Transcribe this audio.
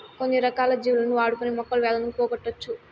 కొన్ని రకాల జీవులను వాడుకొని మొక్కలు వ్యాధులను పోగొట్టవచ్చు